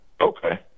Okay